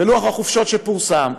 בלוח החופשות שפורסם,